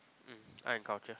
mm art and culture